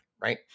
right